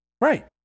right